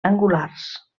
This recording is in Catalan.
angulars